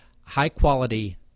high-quality